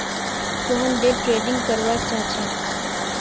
Sohan day trading करवा चाह्चे